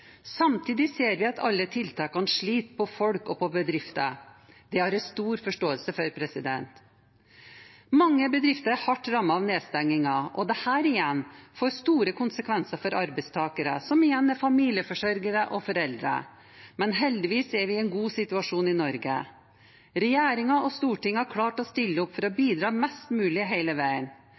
Samtidig ser vi at alle tiltakene sliter på folk og på bedrifter. Det har jeg stor forståelse for. Mange bedrifter er hardt rammet av nedstengingen, og dette får igjen store konsekvenser for arbeidstakere, som igjen er familieforsørgere og foreldre. Men heldigvis er vi i en god situasjon i Norge. Regjeringen og Stortinget har klart å stille opp for å bidra mest mulig hele veien.